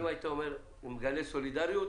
אם הייתי מגלה סולידריות,